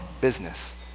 business